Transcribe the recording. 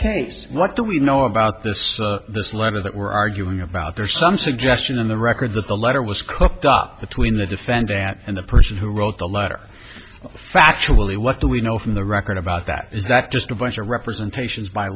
case what do we know about this this letter that we're arguing about there's some suggestion in the record that the letter was cooked up between the defendant and the person who wrote the letter factually what do we know from the record about that is that just a bunch of representations by